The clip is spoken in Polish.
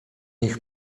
ich